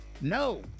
no